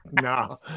no